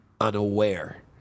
unaware